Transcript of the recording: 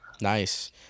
Nice